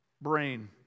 brain